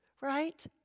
right